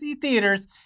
Theaters